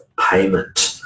payment